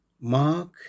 Mark